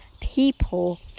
people